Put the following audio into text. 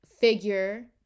figure